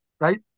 Right